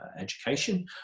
education